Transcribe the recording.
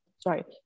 Sorry